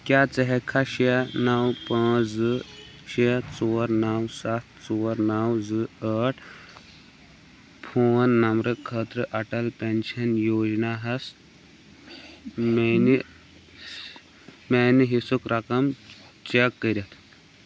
کیٛاہ ژٕ ہیٚکھا شےٚ نو پانژھ زٕ شےٚ ژور نو سَتھ ژور نو زٕ ٲٹھ فون نمبرٕ خٲطرٕ اٹل پیٚنشن یوجنا ہَس میٚانہِ میانہِ حصُک رقم چیٚک کٔرِتھ